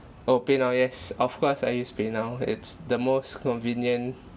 oh paynow yes of course I use paynow it's the most convenient